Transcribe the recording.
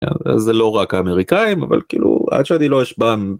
זה לא רק האמריקאים, אבל כאילו עד שאני לא אשבן